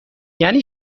یعنی